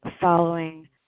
following